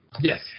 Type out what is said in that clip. Yes